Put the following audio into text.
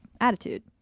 attitude